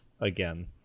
again